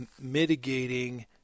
mitigating